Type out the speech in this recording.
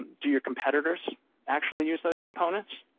do your competitors actually use those components?